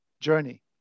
journey